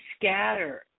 scatter